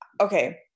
okay